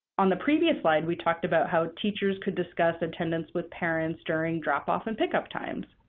on the previous slide, we talked about how teachers could discuss attendance with parents during drop-off and pickup times.